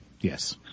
Yes